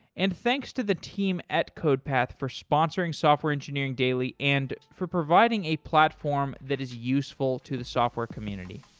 and thanks to the team at codepath for sponsoring software engineering daily and for providing a platform that is useful to the software community